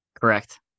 correct